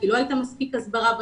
כי לא הייתה מספיק הסברה בנושא.